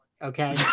Okay